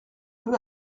peu